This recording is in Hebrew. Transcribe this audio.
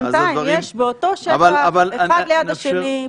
בינתיים יש באותו שטח אחד ליד השני,